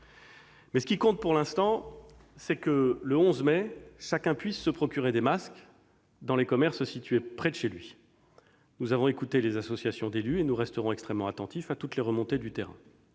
Mais ce qui compte pour l'instant, c'est que le 11 mai, chacun puisse se procurer des masques dans les commerces situés près de chez lui. Nous avons écouté les associations d'élus et resterons extrêmement attentifs à toutes les remontées du terrain.